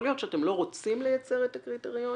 יכול להיות שאתם לא רוצים לייצר את הקריטריונים?